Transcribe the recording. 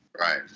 Right